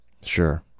Sure